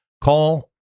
call